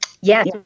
Yes